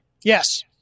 Yes